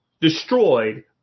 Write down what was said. destroyed